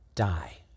die